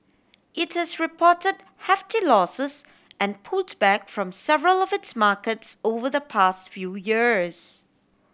it has reported hefty losses and pulled back from several of its markets over the past few years